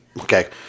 okay